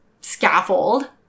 scaffold